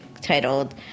titled